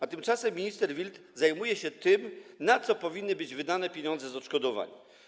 A tymczasem minister Wild zajmuje się tym, na co powinny być wydane pieniądze z odszkodowań.